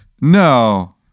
No